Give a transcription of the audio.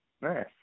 nice